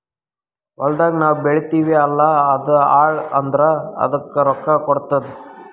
ಹೊಲ್ದಾಗ್ ನಾವ್ ಬೆಳಿತೀವಿ ಅಲ್ಲಾ ಅದು ಹಾಳ್ ಆದುರ್ ಅದಕ್ ರೊಕ್ಕಾ ಕೊಡ್ತುದ್